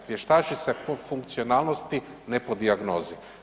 Vještači se po funkcionalnosti, ne po dijagnozi.